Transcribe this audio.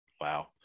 Wow